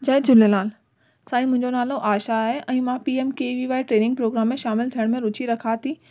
जय झूलेलाल साईं मुंहिंजो नालो आशा आहे ऐं मां P M K V Y training program में शामिलु थियण में रुची रखां थी